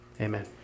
Amen